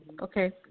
Okay